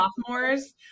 sophomores